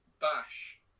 bash